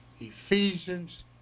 Ephesians